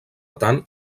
tant